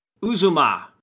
Uzuma